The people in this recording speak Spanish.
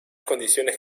condiciones